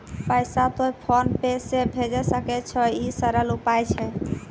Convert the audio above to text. पैसा तोय PhonePe से भैजै सकै छौ? ई सरल उपाय छै?